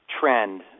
trend